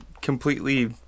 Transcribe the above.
completely